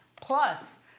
plus